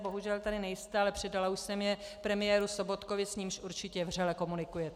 Bohužel tady nejste, ale předala už jsem je premiéru Sobotkovi, s nímž určitě vřele komunikujete.